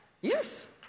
Yes